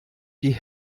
die